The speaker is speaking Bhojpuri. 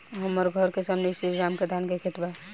हमर घर के सामने में श्री राम के धान के खेत बा